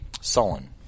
sullen